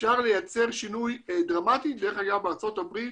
אפשר לייצר שינוי דרמטי, דרך אגב בארצות הברית